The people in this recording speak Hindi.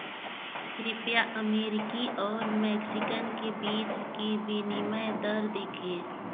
कृपया अमेरिकी और मैक्सिकन के बीच की विनिमय दर देखें